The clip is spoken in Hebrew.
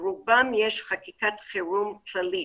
ברובן יש חקיקת חירום כללית,